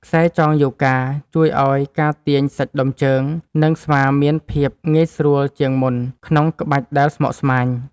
ខ្សែចងយូហ្គា ជួយឱ្យការទាញសាច់ដុំជើង និងស្មាមានភាពងាយស្រួលជាងមុនក្នុងក្បាច់ដែលស្មុគស្មាញ។